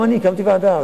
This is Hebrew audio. גם אני, הקמתי ועדה.